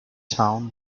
town